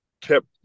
kept